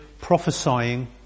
prophesying